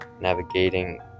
navigating